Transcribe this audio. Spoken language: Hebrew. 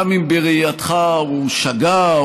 גם אם בראייתך הוא שגה,